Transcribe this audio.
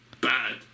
Bad